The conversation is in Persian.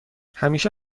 همیشه